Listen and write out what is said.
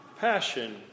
Passion